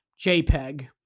JPEG